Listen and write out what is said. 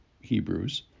Hebrews